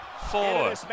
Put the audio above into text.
four